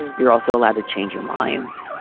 you're also allowed to change your minds.